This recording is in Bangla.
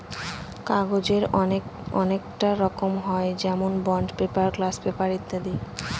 কাগজের অনেককটা রকম হয় যেমন বন্ড পেপার, গ্লাস পেপার ইত্যাদি